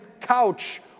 couch